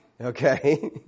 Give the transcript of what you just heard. Okay